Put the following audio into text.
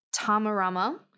Tamarama